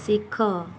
ଶିଖ